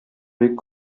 бик